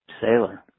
sailor